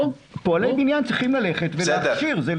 פועלי בניין צריכים ללכת --- משה,